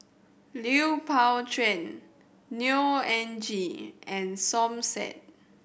Lui Pao Chuen Neo Anngee and Som Said